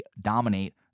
dominate